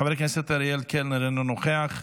חבר הכנסת אריאל קלנר, אינו נוכח,